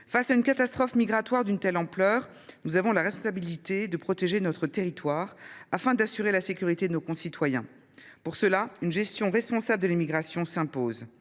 Face à une catastrophe migratoire d’une telle ampleur, il est de notre responsabilité de protéger notre territoire, afin d’assurer la sécurité de nos concitoyens. Pour cela, une gestion responsable de l’immigration s’impose.